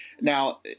Now